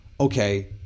okay